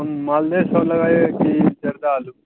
ہم مالدے سب لگائے کہ چتا آلو